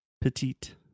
Petite